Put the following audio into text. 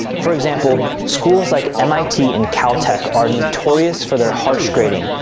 for example, schools like mit and caltech are notorious for their harsh grading.